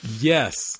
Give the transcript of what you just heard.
Yes